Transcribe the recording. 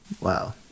Wow